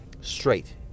straight